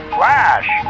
Flash